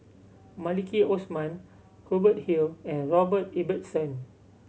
Maliki Osman Hubert Hill and Robert Ibbetson